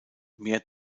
mehr